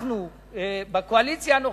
אנחנו, בקואליציה הנוכחית,